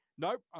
Nope